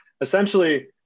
essentially